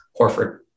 Horford